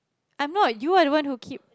I'm not you are the one who keep